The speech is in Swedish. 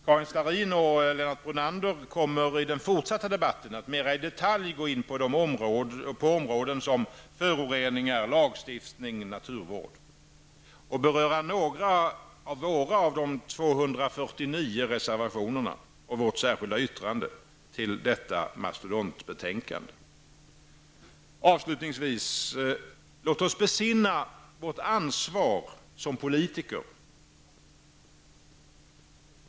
Karin Starrin och Lennart Brunander kommer i den fortsatta debatten att mera i detalj gå in på områden som föroreningar, lagstiftning och naturvård och beröra några av de 249 reservationerna och vårt särskilda yttrande till detta mastodontbetänkande. Avslutningsvis: Låt oss besinna vårt ansvar som politiker!